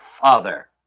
Father